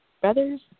brothers